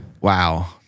Wow